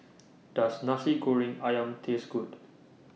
Does Nasi Goreng Ayam Taste Good